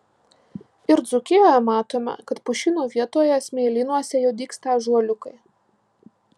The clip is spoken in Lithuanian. ir dzūkijoje matome kad pušynų vietoje smėlynuose jau dygsta ąžuoliukai